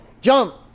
Jump